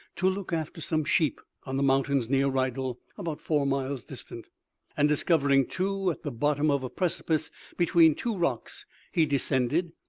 to look after some sheep on the mountains near rydal, about four miles distant and discovering two at the bottom of a precipice between two rocks he descended,